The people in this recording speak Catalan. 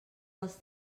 dels